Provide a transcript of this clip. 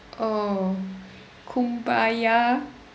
oh kumbaya